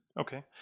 Okay